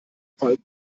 falco